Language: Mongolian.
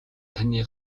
таны